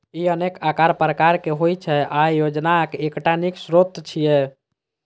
ई अनेक आकार प्रकार के होइ छै आ भोजनक एकटा नीक स्रोत छियै